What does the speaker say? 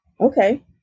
Okay